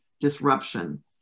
disruption